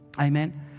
Amen